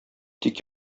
тик